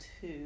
two